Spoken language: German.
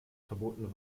verboten